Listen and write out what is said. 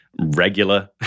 regular